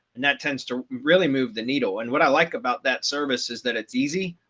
and that tends to really move the needle. and what i like about that service is that it's easy,